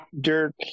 Dirk